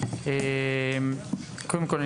קודם כול,